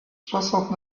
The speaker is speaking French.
soixante